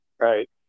Right